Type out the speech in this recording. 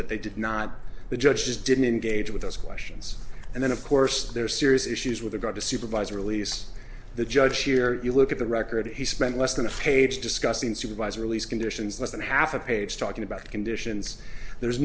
that they did not the judge just didn't engage with those questions and then of course there are serious issues with regard to supervised release the judge here you look at the record he spent less than a page discussing supervisor lee's conditions less than half a page talking about conditions there